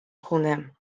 خونه